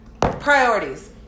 Priorities